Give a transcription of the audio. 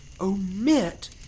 omit